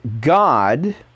God